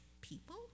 people